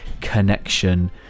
connection